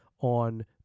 on